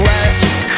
West